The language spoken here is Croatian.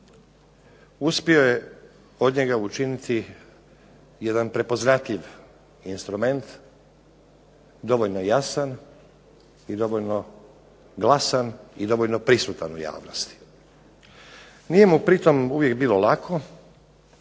Uspio je od njega učiniti jedan prepoznatljiv instrument dovoljno jasan i dovoljno glasan i dovoljno prisutan u javnosti. Nije mi pri tome uvijek bilo lako,